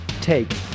take